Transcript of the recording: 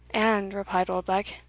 and, replied oldbuck,